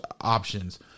options